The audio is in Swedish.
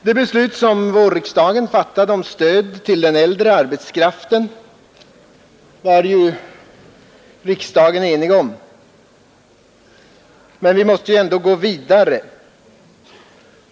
Det beslut som vårriksdagen fattade om stöd för den äldre arbetskraften var ju riksdagen enig om. Men vi måste gå vidare.